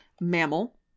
Mammal